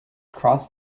cross